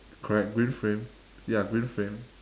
correct green frame ya green frame